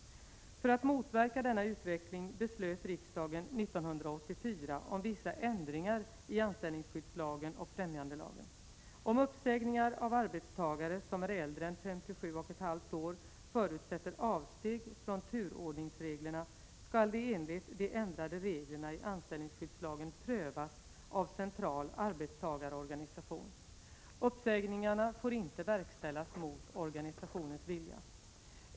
För att motverka denna utveckling beslöt riksdagen 1984 om vissa ändringar i anställningsskyddslagen och främjandelagen. Om uppsägningar av arbetstagare som är äldre än 57,5 år förutsätter avsteg från turordningsreglerna, skall de enligt de ändrade reglerna i anställningsskyddslagen prövas av central arbetstagarorganisation. Uppsägningarna får inte verkställas mot organisationens vilja.